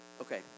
Okay